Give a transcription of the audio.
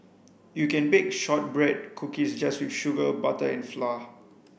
you can bake shortbread cookies just with sugar butter and flour